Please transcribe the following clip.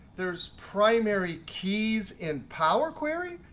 there's primary keys in power query?